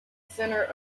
centre